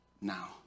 now